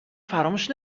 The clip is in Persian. فراموش